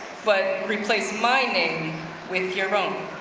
but replace my name with your own.